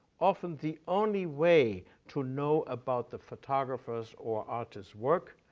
often the only way to know about the photographer's or artist's work,